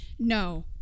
no